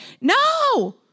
no